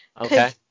Okay